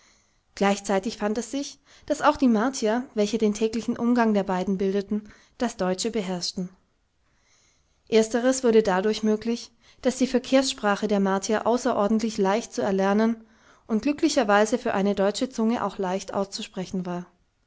gleichzeitig fand es sich daß auch die martier welche den täglichen umgang der beiden bildeten das deutsche beherrschten ersteres wurde dadurch möglich daß die verkehrssprache der martier außerordentlich leicht zu erlernen und glücklicherweise für eine deutsche zunge auch leicht auszusprechen war